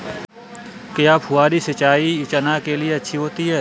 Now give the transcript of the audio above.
क्या फुहारी सिंचाई चना के लिए अच्छी होती है?